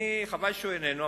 חבל שהוא איננו,